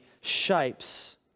shapes